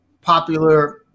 popular